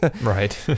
Right